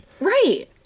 right